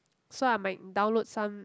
so I might download some